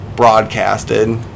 Broadcasted